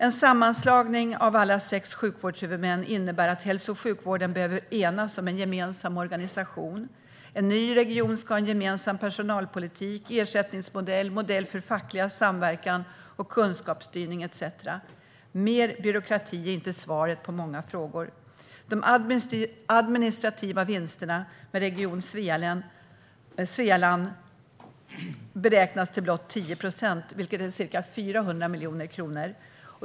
En sammanslagning av alla sex sjukvårdshuvudmän innebär att hälso och sjukvården behöver enas om en gemensam organisation. En ny region ska ha gemensam personalpolitik, ersättningsmodell, modell för facklig samverkan och kunskapsstyrning etcetera. Mer byråkrati är inte svaret på många frågor. De administrativa vinsterna med Region Svealand beräknas till blott 10 procent, vilket är ca 400 miljoner kronor.